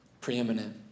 preeminent